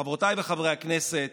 חברותיי וחבריי חברי הכנסת,